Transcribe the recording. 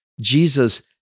Jesus